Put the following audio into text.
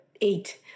eight